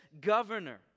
governor